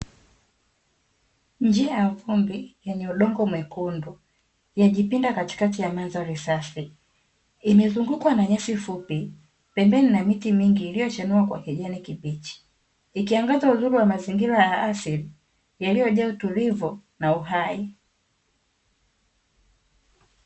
Njia ya vumbi yenye udongo mwekundu, iliyojipinda katikati ya mandhari safi, imezungukwa na nyasi fupi pembeni na miti mingi iliyochanua kwa kijani kibichi, ikiangaza uzuri wa mazingira ya asili yaliyojaa utulivu na uhai.